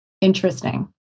Interesting